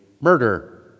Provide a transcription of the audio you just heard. murder